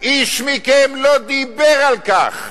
איש מכם לא דיבר על כך,